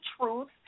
truth